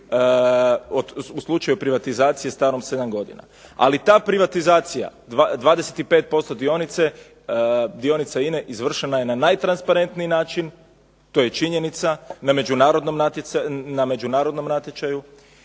u slučaju privatizacije starom sedam godina. Ali ta privatizacija 25% dionica INA-e izvršena je najtransparentniji način, to je činjenica, na međunarodnom natječaju